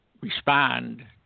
respond